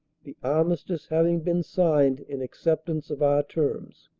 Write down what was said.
the armistice having been signed in acceptance of our terms,